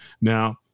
Now